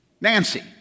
Nancy